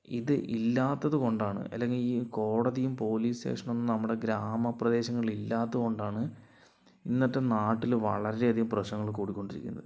ഇത് ഇല്ലാത്തതു കൊണ്ടാണ് അല്ലെങ്കിൽ ഈ കോടതിയും പോലീസ് സ്റ്റേഷനും ഒന്നും നമ്മടെ ഗ്രാമ പ്രദേശങ്ങളില് ഇല്ലാത്തതു കൊണ്ടാണ് ഇന്നത്തെ നാട്ടില് വളരേ അധികം പ്രശ്നങ്ങള് കൂടിക്കൊണ്ടിരിക്കുന്നത്